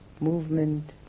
movement